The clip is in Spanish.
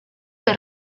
que